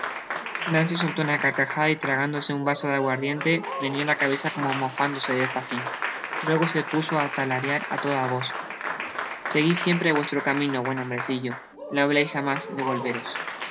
nancy soltó una carcajada y tragándose un vaso de aguardiente meneó la cabeza como mofándose de fagin luego se puso á talarear á toda voz seguid siempre vuestro camino buen hom brecillo no hableis jamás